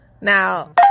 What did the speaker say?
Now